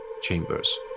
chambers